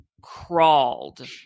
crawled